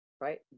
right